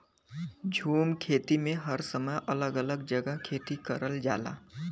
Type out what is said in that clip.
झूम खेती में हर समय अलग अलग जगह खेती करल जाला